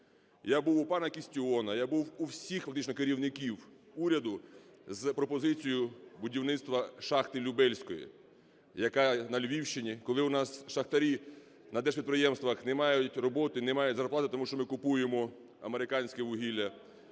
Я був у пана Кістіона, я був у всіх фактично керівників уряду з пропозицією будівництва шахти Любельської, яка на Львівщині. Коли у нас шахтарі на держпідприємствах не мають роботи, не мають зарплати, тому що ми купуємо американське вугілля,